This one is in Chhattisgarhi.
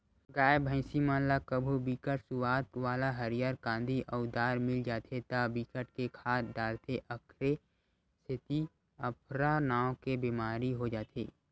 गाय, भइसी मन ल कभू बिकट सुवाद वाला हरियर कांदी अउ दार मिल जाथे त बिकट के खा डारथे एखरे सेती अफरा नांव के बेमारी हो जाथे